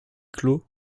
clos